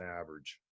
average